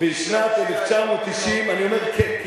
אני אומר "כ-".